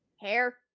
hair